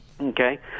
Okay